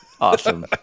awesome